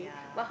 yeah